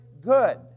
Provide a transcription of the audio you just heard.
good